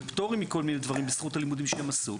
פטורים מכל מיני דברים בזכות הלימודים שהם עשו.